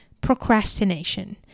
procrastination